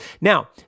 Now